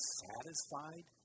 satisfied